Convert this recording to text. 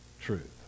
truth